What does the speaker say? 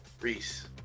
Reese